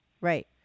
Right